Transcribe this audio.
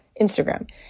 Instagram